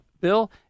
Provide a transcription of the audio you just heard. Bill